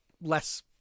less